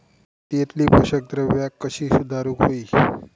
मातीयेतली पोषकद्रव्या कशी सुधारुक होई?